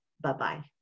Bye-bye